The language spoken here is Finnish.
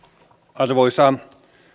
arvoisa